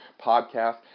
podcast